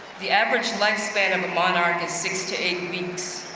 the average lifespan of a monarch is six to eight weeks.